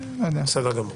בסדר גמור.